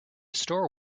store